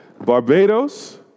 Barbados